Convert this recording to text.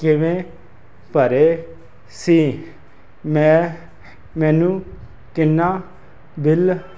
ਕਿਵੇਂ ਭਰੇ ਸੀ ਮੈਂ ਮੈਨੂੰ ਕਿੰਨਾ ਬਿਲ